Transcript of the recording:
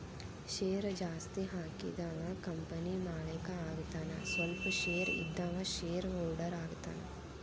share ಜಾಸ್ತಿ ಹಾಕಿದವ company ಮಾಲೇಕ ಆಗತಾನ ಸ್ವಲ್ಪ ಶೇರ್ ಇದ್ದವ ಶೇರ್ ಹೋಲ್ಡರ್ ಆಗತಾನ